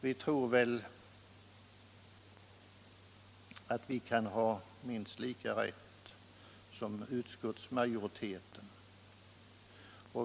Vi kan väl ha minst lika rätt som utskottsmajoriteten.